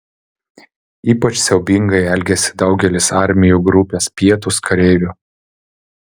ypač siaubingai elgėsi daugelis armijų grupės pietūs kareivių